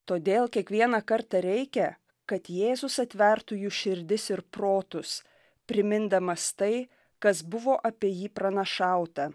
todėl kiekvieną kartą reikia kad jėzus atvertų jų širdis ir protus primindamas tai kas buvo apie jį pranašauta